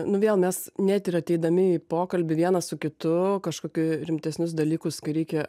nu vėl mes net ir ateidami į pokalbį vienas su kitu kažkokiu rimtesnius dalykus kai reikia